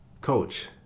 coach